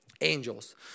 angels